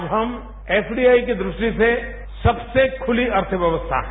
आज हम FDI की द्रष्टि से सबसे खुली अर्थव्यवस्था हैं